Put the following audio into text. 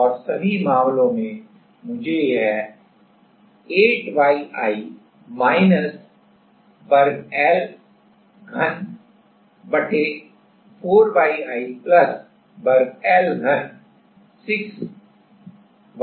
और सभी मामलों में मुझे यह 8YI वर्ग L घन 4YI वर्ग L घन 6YI मिलता है